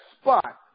spot